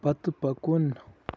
پتہٕ پکُن